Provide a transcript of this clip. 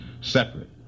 separate